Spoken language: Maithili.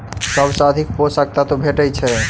सबसँ अधिक पोसक तत्व भेटय छै?